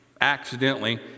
accidentally